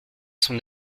son